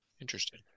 interesting